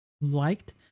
liked